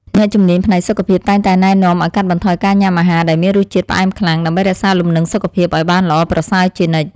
អ្នកជំនាញផ្នែកសុខភាពតែងតែណែនាំឲ្យកាត់បន្ថយការញ៉ាំអាហារដែលមានរសជាតិផ្អែមខ្លាំង ដើម្បីរក្សាលំនឹងសុខភាពឲ្យបានល្អប្រសើរជានិច្ច។